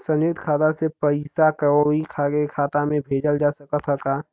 संयुक्त खाता से पयिसा कोई के खाता में भेजल जा सकत ह का?